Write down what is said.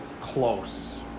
close